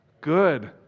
Good